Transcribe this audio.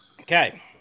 Okay